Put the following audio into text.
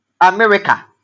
america